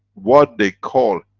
what they call,